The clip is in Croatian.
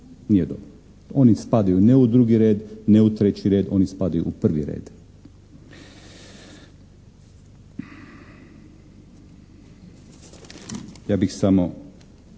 Nije dobro. Oni spadaju ne u drugi red, ne u treći red, oni spadaju u prvi red. Ja bih samo